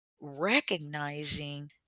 recognizing